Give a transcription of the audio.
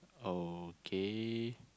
okay